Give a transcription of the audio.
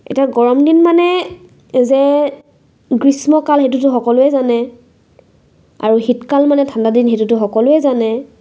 এতিয়া গৰমদিন মানে যে গ্ৰীষ্মকাল সেইটোতো সকলোৱে জানে আৰু শীতকাল মানে ঠাণ্ডাদিন সেইটোতো সকলোৱে জানে